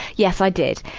yes, i did.